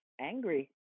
angry